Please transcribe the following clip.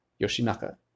Yoshinaka